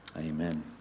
Amen